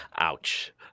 ouch